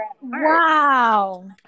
Wow